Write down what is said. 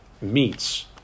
meets